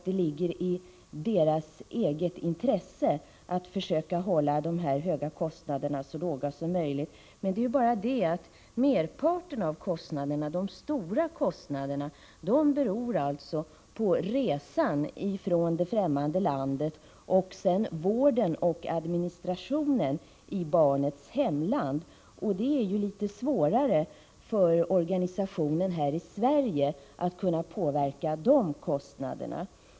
Det ligger i deras eget intresse att försöka hålla de i dag höga kostnaderna så låga som möjligt. Det är bara det att merparten av kostnaderna beror på resan från det främmande landet och vården och administrationen i barnets hemland. Det är litet svårare för organisationen i Sverige att kunna påverka de kostnaderna.